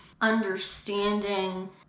understanding